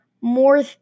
more